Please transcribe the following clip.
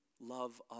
love